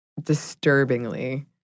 disturbingly